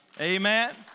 Amen